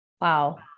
Wow